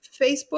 Facebook